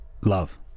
love